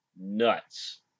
nuts